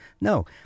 No